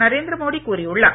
நரேந்திர மோடி கூறியுள்ளார்